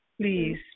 please